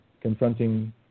confronting